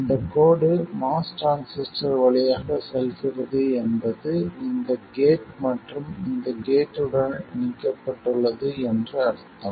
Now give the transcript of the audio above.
இந்த கோடு MOS transistor வழியாக செல்கிறது என்பது இந்த கேட் மற்றும் அந்த கேட் உடன் இணைக்கப்பட்டுள்ளது என்று அர்த்தம்